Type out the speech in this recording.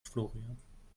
florian